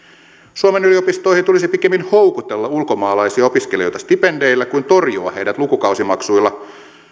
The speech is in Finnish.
suomen yliopistoihin tulisi pikemminkin houkutella ulkomaalaisia opiskelijoita stipendeillä kuin torjua heidät lukukausimaksuilla